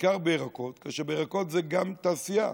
בעיקר בירקות, כי בירקות זה גם תעשייה,